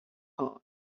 hâlde